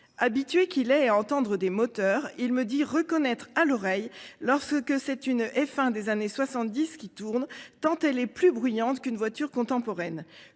Habitué qu'il ait à entendre des moteurs, il me dit reconnaître à l'oreille lorsque c'est une F1 des années 70 qui tourne tant elle est plus bruyante qu'une voiture contemporaine.